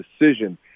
decision